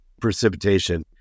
precipitation